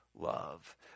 love